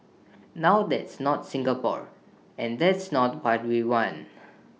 now that's not Singapore and that's not why we want